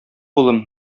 улым